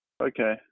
Okay